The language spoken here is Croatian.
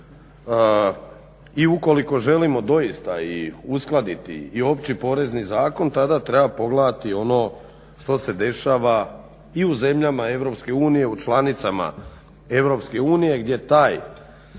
I ukoliko želimo doista i uskladiti i Opći porezni zakon tada treba pogledati ono što se dešava i u zemljama EU u članicama EU gdje taj